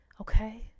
Okay